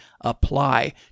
apply